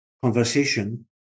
conversation